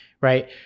Right